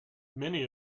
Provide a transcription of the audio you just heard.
many